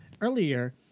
Earlier